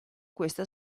questa